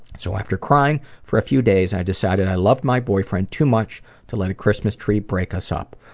so after crying for a few days, i decided i loved my boyfriend too much to let a christmas tree break us up.